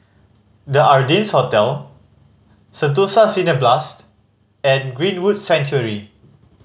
The Ardennes Hotel Sentosa Cineblast and Greenwood Sanctuary